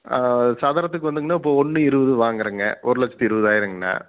ஆ சதுரத்துக்கு வந்துங்க அண்ணா இப்போ ஒன்று இருபது வாங்குறங்க ஒரு லட்சத்து இருபதாயிரங்க அண்ணா